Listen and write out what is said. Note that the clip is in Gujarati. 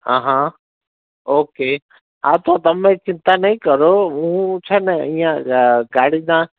હ હ ઓકે હા તો તમે ચિંતા નહીં કરો હું છેને અહીંયા આ ગાડીના